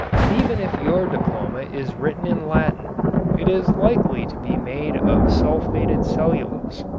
and even if your diploma is written in latin it is likely to be made of sulfated cellulose.